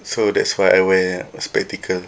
so that's why I wear spectacle